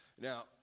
Now